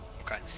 okay